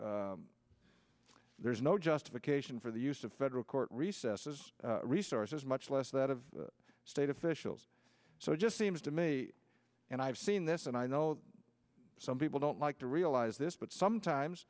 there is no justification for the use of federal court recesses resources much less that of state officials so it just seems to me and i've seen this and i know some people don't like to realize this but sometimes